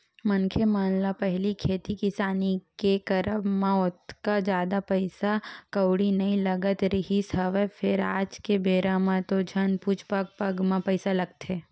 मनखे मन ल पहिली खेती किसानी के करब म ओतका जादा पइसा कउड़ी नइ लगत रिहिस हवय फेर आज के बेरा म तो झन पुछ पग पग म पइसा लगथे